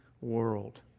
world